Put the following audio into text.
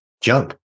jump